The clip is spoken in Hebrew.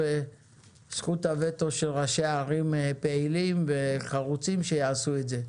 וזכות הוטו של ראשי הערים פעילים וחרוצים שיעשו את זה.